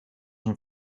een